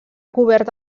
cobert